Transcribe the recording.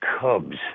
Cubs